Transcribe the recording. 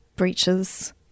breaches